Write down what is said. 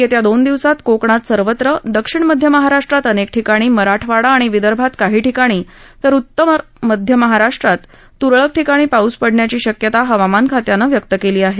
येत्या दोन दिवसात कोकणात सर्वत्र दक्षिण मध्य महाराष्ट्रात अनेक ठिकाणी मराठवाडा आणि विदर्भात काही ठिकाणी तर उत्तर मध्य महाराष्ट्रात तुरळक ठिकाणी पाऊस पडण्याची शक्यता हवामान खात्यानं व्यक्त केली आहे